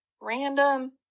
random